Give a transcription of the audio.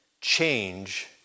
change